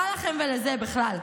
מה לכם ולזה בכלל?